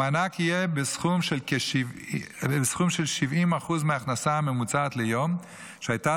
המענק יהיה בסכום של 70% מההכנסה הממוצעת ליום שהייתה